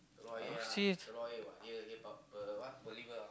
she's